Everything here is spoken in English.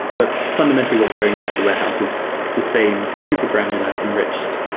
but fundamentally, what's going into the warehouse is the same super granular, enriched,